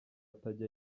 atajya